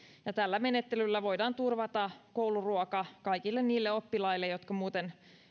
tällä menettelyllä voidaan turvata kouluruoka kaikille niille oppilaille jotka muuten